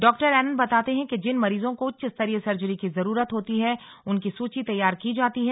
डॉ एरन बताते हैं कि जिन मरीजों को उच्चस्तरीय सर्जरी की जरूरत होती है उनकी सूची तैयार की जाती है